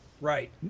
Right